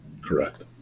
Correct